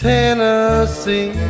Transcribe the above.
Tennessee